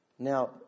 Now